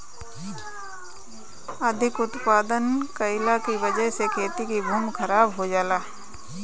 अधिक उत्पादन कइला के वजह से खेती के भूमि खराब हो जाला